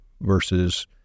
versus